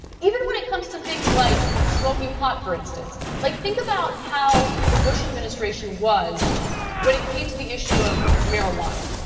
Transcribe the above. even when it comes to things like smoking pot, for instance. like think about how the bush administration was when it came to the issue of marijuana.